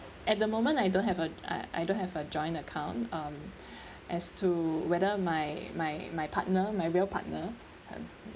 at the moment I don't have a uh I don't have a joint account um as to whether my my my partner my real partner um